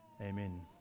Amen